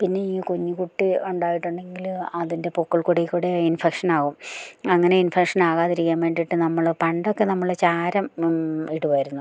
പിന്നെയീ കുഞ്ഞ് കുട്ടി ഉണ്ടായിട്ടുണ്ടെങ്കിൽ അതിൻ്റെ പൊക്കിൾക്കൊടിയിൽ കൂടി ഇൻഫെക്ഷ്നാകും അങ്ങനെ ഇൻഫെക്ഷ്നാകാതിരിക്കാൻ വേണ്ടിയിട്ട് നമ്മൾ പണ്ടൊക്കെ നമ്മൾ ചാരം ഇടുമായിരുന്നു